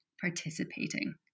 participating